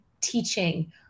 teaching